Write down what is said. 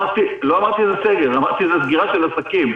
זה סגירה של עסקים.